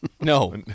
No